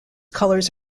colors